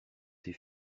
ses